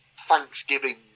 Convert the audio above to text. Thanksgiving